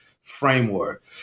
framework